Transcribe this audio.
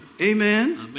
Amen